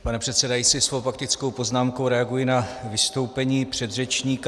Pane předsedající, svou faktickou poznámkou reaguji na vystoupení předřečníka.